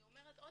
אני אומרת שוב